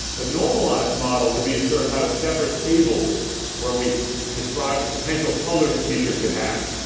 the normalized model would be to sort of have a separate table where we describe the potential colors the t-shirt could have,